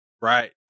Right